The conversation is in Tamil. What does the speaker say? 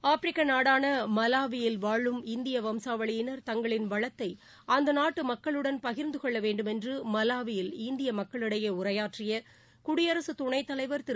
ஆப்பிரிக்க நாடான மலாவியில் வாழும் இந்திய வம்சாவளியினர் தங்களின் வளத்தை அந்த நாட்டு மக்களுடன் பகிர்ந்து கொள்ள வேண்டும் என்று மலாவியில் இந்திய மக்களிடையே உரையாற்றிய குடியரசுத்துணைத் தலைவா் திரு